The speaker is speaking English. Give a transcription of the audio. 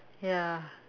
ya